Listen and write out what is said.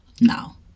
Now